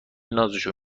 نازشو